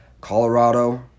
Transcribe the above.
Colorado